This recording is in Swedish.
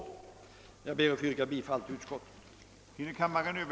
Jag yrkar bifall till utskottets hemställan.